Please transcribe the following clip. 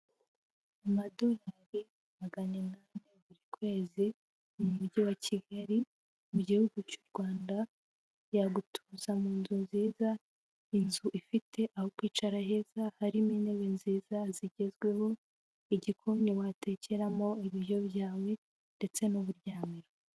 Amadorari maganinani buri kwezi mu mujyi wa Kigali mu gihugu cy'u Rwanda yagutuza mu nzu nziza. Inzu ifite aho kwicara heza harimo intebe nziza zigezweho, igikoni watekeramo ibiryo byawe ndetse n'uburyamiro.